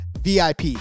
VIP